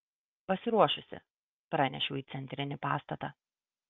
pasiruošusi pranešiau į centrinį pastatą